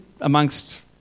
amongst